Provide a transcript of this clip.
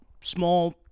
small